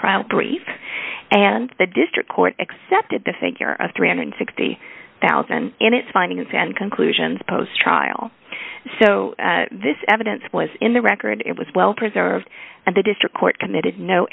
post brief and the district court accepted the figure of three hundred and sixty thousand its findings and conclusions post trial so this evidence was in the record it was well preserved and the district court committed no